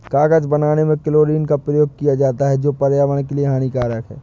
कागज बनाने में क्लोरीन का प्रयोग किया जाता है जो पर्यावरण के लिए हानिकारक है